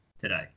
today